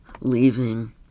leaving